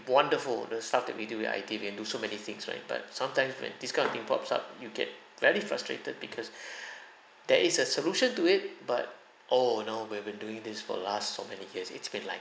wonderful the stuff that we do with I_T we can do so many things right but sometimes when this kind of thing pops up you get very frustrated because there is a solution to it but oh no we've been doing this for the last for many years it's been like